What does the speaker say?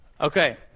Okay